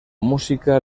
música